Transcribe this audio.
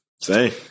say